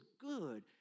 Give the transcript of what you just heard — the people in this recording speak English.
good